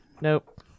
nope